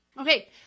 Okay